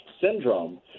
Syndrome